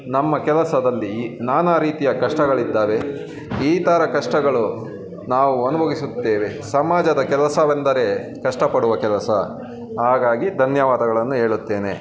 ನಮ್ಮ ಕೆಲಸದಲ್ಲಿ ನಾನಾ ರೀತಿಯ ಕಷ್ಟಗಳಿದ್ದಾವೆ ಈ ಥರ ಕಷ್ಟಗಳು ನಾವು ಅನುಭವಿಸುತ್ತೇವೆ ಸಮಾಜದ ಕೆಲಸವೆಂದರೆ ಕಷ್ಟಪಡುವ ಕೆಲಸ ಹಾಗಾಗಿ ಧನ್ಯವಾದಗಳನ್ನ ಹೇಳುತ್ತೇನೆ